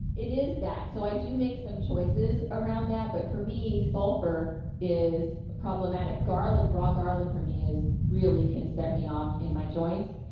it is that. so i do make some choices around that but for me, sulfur is problematic. garlic, raw garlic for me really can set me off in my joints.